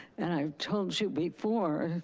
and i've told you before,